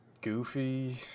goofy